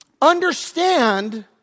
understand